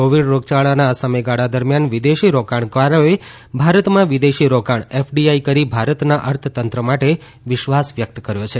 Covid રોગયાળાના આ સમયગાળા દરમિયાન વિદેશી રોકાણકારોએ ભારતમાં વિદેશી રોકાણ એફડીઆઇ કરી ભારતના અર્થતંત્ર માટે વિશ્વાસ વ્યકત કર્યો છે